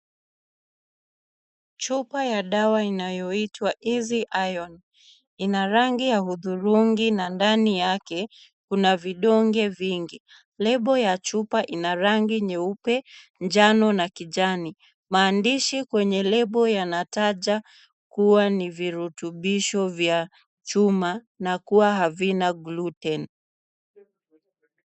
Chupa ya dawa inayoitwa Easy Iron ina rangi ya hudhurungi na ndani yake kuna vidonge vingi. Lebo ya chupa ina rangi nyeupe, njano na kijani. Maandishi kwenye lebo yanataja kuwa ni virutubisho vya chuma na kuwa havina gluten .